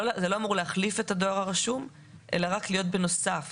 אמור להחליף את הדואר הרשום אלא רק להיות בנוסף,